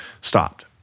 stopped